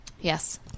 Yes